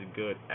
good